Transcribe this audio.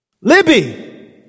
Libby